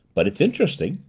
but it's interesting.